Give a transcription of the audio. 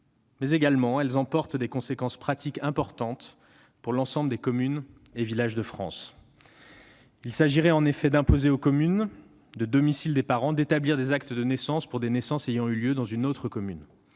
de l'état civil et emportent des conséquences pratiques importantes pour l'ensemble des communes et villages de France. Il s'agirait en effet d'imposer aux communes de domicile des parents d'établir des actes de naissance pour des naissances ayant eu lieu dans une autre commune.